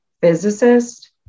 physicist